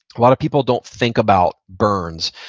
a lot of people don't think about burns.